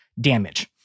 damage